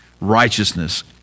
righteousness